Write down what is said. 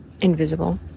invisible